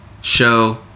show